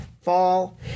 fall